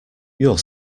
your